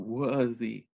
worthy